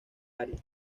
área